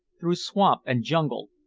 through swamp and jungle,